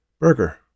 Burger